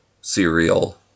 cereal